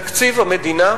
תקציב המדינה,